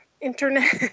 internet